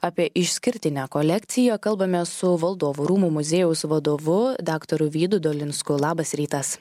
apie išskirtinę kolekciją kalbame su valdovų rūmų muziejaus vadovu daktaru vydu dolinsku labas rytas